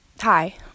Hi